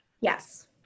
Yes